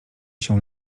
się